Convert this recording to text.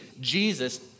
jesus